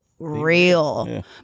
real